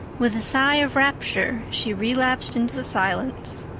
with a sigh of rapture she relapsed into silence.